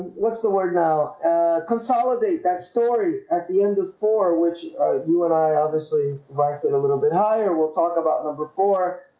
what's the word now consolidate that story at the end of for which you and i obviously liked it a little bit higher we'll talk about number four,